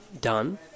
done